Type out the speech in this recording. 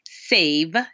save